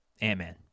Ant-Man